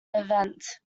event